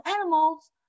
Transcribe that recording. animals